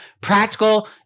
practical